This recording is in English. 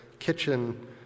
kitchen